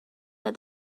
that